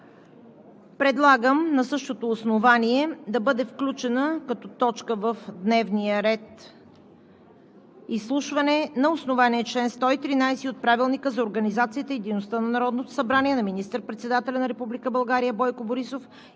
Предлагам на същото основание да бъде включена като точка в дневния ред: Изслушване на основание чл. 113 от Правилника за организацията и дейността на Народното събрание на министър-председателя на Република България